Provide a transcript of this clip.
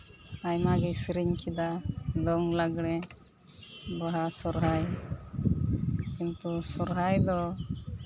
ᱟᱭᱢᱟᱜᱮ ᱥᱮᱨᱮᱧ ᱠᱮᱫᱟ ᱫᱚᱝ ᱞᱟᱜᱽᱲᱮ ᱵᱟᱦᱟ ᱥᱚᱨᱦᱟᱭ ᱠᱤᱱᱛᱩ ᱥᱚᱨᱦᱟᱭ ᱫᱚ